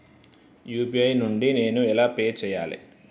UPI నుండి నేను ఎలా పే చెయ్యాలి?